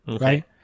right